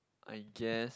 I guess